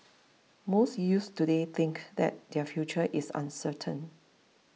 most youths today think that their future is uncertain